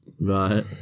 right